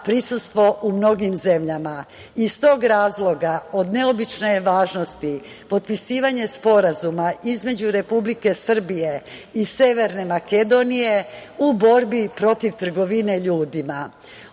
prisustvo u mnogim zemljama. Iz tog razloga od neobične je važnosti potpisivanje Sporazuma između Republike Srbije i Severne Makedonije u borbi protiv trgovine ljudima. Ono